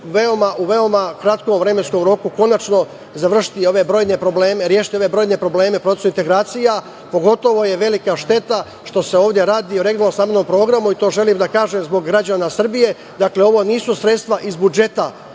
u veoma kratkom vremenskom roku, konačno rešiti ove brojne probleme, u procesu integracija, pogotovo je velika šteta što se ovde radi o regionalnom stambenom programu i to želim da kažem zbog građana Srbije. Dakle, ovo nisu sredstava iz budžeta